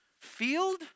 field